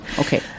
Okay